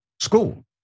school